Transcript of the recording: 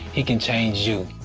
he can change you.